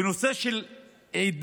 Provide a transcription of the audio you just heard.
בנושא של עדה